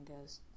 goes